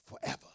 forever